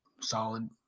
solid